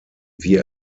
wie